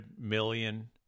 million